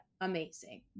amazing